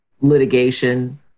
litigation